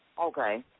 Okay